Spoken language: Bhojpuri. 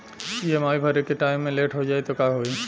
ई.एम.आई भरे के टाइम मे लेट हो जायी त का होई?